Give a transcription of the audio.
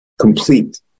complete